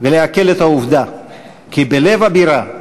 ולהקל את העובדה כי בלב הבירה,